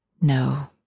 No